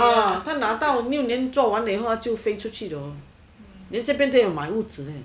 啊他拿到六年做完了以后它就飞出去了也有在这边买屋子了